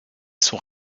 sont